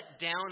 down